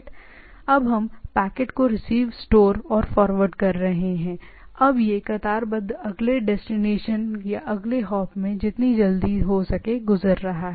इसलिए हर जगह जो हम कर रहे हैं आप रिसीव कर रहे हैं स्टोरिंग फॉरवेडिंग कर रहे हैं इसलिए यह कतारबद्ध कतारबद्ध और अगले डेस्टिनेशन या अगले हॉप में जितनी जल्दी हो सके गुजर रहा है